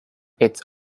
its